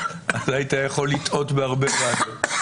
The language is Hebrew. היית יכול לטעות בהרבה ועדות.